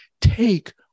take